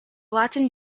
latin